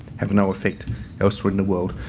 have no effect elsewhere in the world.